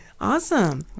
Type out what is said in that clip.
awesome